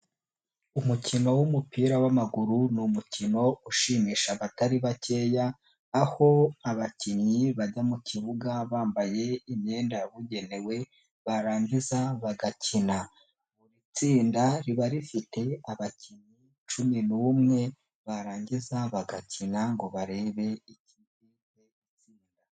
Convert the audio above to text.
Umukino w'umupira w'amaguru ni umukino ushimisha abatari bakeya aho abakinnyi bajya mu kibuga bambaye imyenda yabugenewe barangiza bagakina, buri tsinda riba rifite abakinnyi cumi n'umwe barangiza bagakina ngo barebe ikipe itsinda.